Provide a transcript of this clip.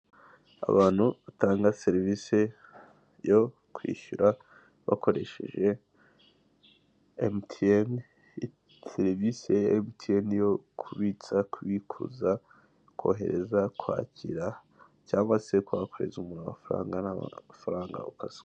Abantu batanga serivise yo kwishyura bakoresheje MTN, serivise ya MTN yo kubitsa, kubikuza, kohereza, kwakira cyangwa se ukaba wakohereza umuntu amafaranga, nta mafaranga ukaswe.